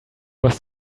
was